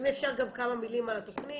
אם אפשר, גם כמה מילים על התוכנית.